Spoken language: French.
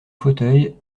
fauteuil